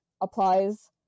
applies